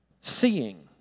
seeing